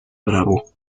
bravo